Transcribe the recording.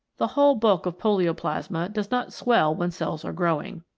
the whole bulk of polioplasma does not swell when cells are growing.